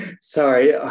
Sorry